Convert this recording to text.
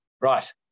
right